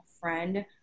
friend